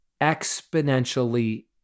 exponentially